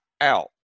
out